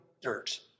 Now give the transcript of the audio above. dirt